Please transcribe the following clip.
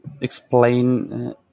explain